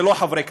ולא חברי כנסת.